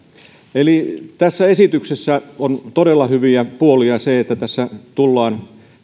tässä esityksessä on todella hyvä puoli se että tullaan